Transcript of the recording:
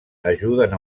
ajuden